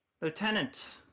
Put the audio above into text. Lieutenant